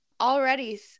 already